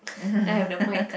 I have the mike